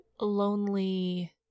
lonely